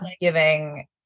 giving